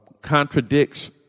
contradicts